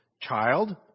Child